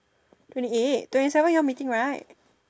twenty eight twenty seven you all meeting right